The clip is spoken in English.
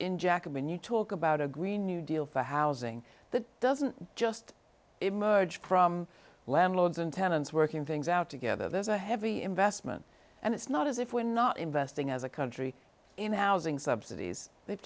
in jacket when you talk about a green new deal for housing that doesn't just emerged from landlords and tenants working things out together there's a heavy investment and it's not as if we're not investing as a country in the housing subsidies they've